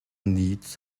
needs